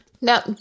Now